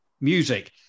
music